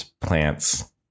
plants